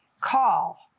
call